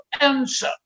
answer